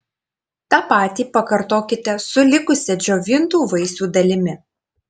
tą patį pakartokite su likusia džiovintų vaisių dalimi